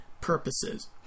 purposes